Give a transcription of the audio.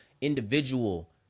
individual